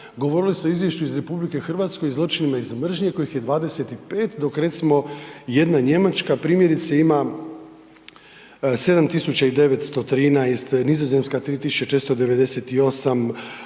govorilo se o izvješću iz RH i zločinima iz mržnje kojih je 25 dok recimo jedna Njemačka primjerice ima 7913, Nizozemska 3498,